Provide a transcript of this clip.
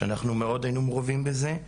שהיינו מאוד מעורבים בזה,